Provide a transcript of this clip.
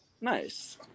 Nice